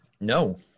No